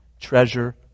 treasure